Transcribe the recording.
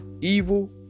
evil